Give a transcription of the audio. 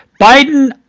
Biden